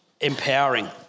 empowering